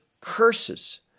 curses